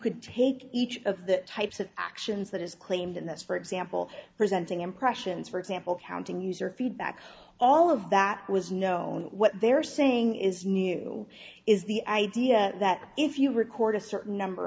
could take each of the types of actions that is claimed in this for example presenting impressions for example counting user feedback all of that was known what they're saying is new is the idea that if you record a certain number